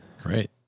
great